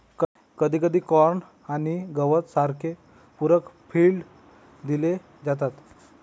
कधीकधी कॉर्न आणि गवत सारखे पूरक फीड दिले जातात